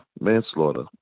manslaughter